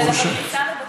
שבכניסה לבתי ספר,